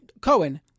Cohen